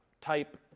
type